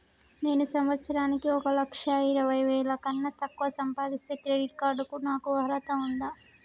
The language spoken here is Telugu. నేను సంవత్సరానికి ఒక లక్ష ఇరవై వేల కన్నా తక్కువ సంపాదిస్తే క్రెడిట్ కార్డ్ కు నాకు అర్హత ఉందా?